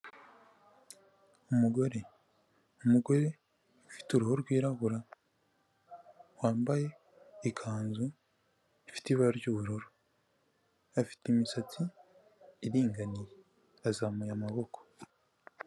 Umugore, umugore ufite uruhu rwirabura wambaye ikanzu ifite ibara ry'ubururu, afite imisatsi iringaniye, azamuye amaboko.